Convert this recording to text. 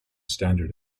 standard